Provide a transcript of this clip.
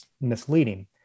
misleading